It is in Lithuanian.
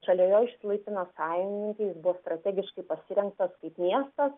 šalia jo išsilaipino sąjungininkai strategiškai pasirinktas kaip miestas